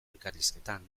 elkarrizketan